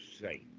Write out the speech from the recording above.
safe